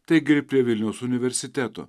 taigi ir prie vilniaus universiteto